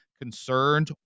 concerned